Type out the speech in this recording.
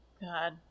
God